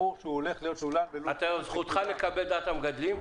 ברור שהוא הולך להיות לולן בלול --- זכותך לקבל את דעת המגדלים,